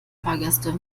fahrgäste